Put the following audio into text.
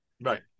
Right